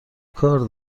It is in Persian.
کار